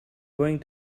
going